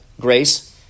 grace –